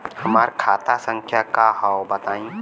हमार खाता संख्या का हव बताई?